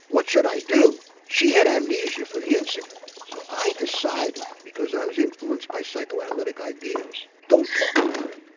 what should i do? she had amnesia for the incident so i decided, because i was influenced by psychoanalytic ideas, don't talk about it.